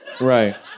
Right